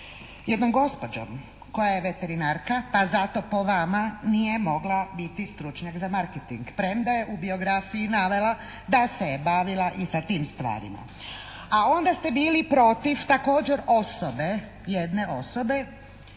jednom gospođom koja je veterinarka pa zato po vama nije mogla biti stručnjak za marketing, premda je u biografiji navela da se je bavila i sa tim stvarima. A onda ste bili protiv također jedne osobe